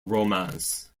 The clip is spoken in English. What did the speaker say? romance